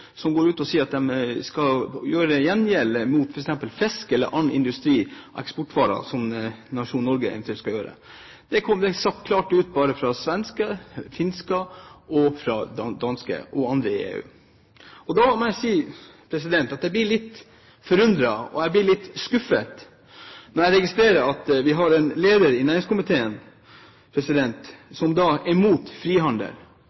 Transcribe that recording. som sier at man skal gjøre gjengjeld mot f.eks. fisk eller annen industri – eksportvarer som nasjonen Norge eventuelt har. Dette er sagt klart fra svensker, finner og dansker – og andre i EU. Da må jeg si at jeg blir litt forundret, og jeg blir litt skuffet, når jeg registrerer at vi har en leder i næringskomiteen som er imot frihandel.